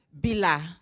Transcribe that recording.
Bila